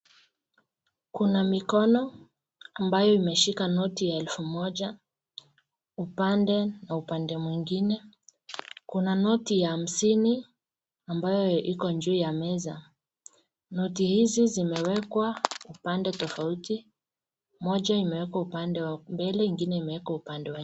Kuna mikono ambayo imeshika noti ya elfu moja upande na upande mwingine, kuna noti ya hamsini ambayo iko juu ya meza. Noti hizi zimewekwa pande tofauti, moja imewekwa upande wa mbele ingine imewekwa upande wa nyuma.